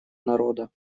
народа